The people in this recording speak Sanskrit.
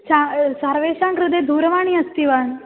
चा सर्वेषां कृते दूरवाणी अस्ति वा